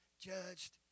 judged